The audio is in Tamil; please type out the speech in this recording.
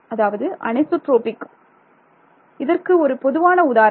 அதாவது அனிசோட்ரோபிக் இதற்கு ஒரு பொதுவான உதாரணம்